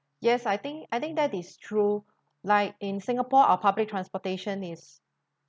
yes I think I think that is true like in singapore our public transportation is